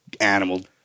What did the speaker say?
animal